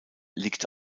liegt